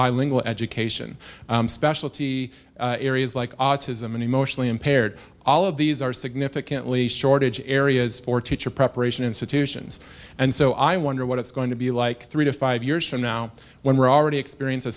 bilingual education specialty areas like autism and emotionally impaired all of these are significantly shortage areas for teacher preparation institutions and so i wonder what it's going to be like three to five years from now when we're already experience a